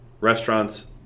restaurants